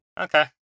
Okay